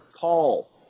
call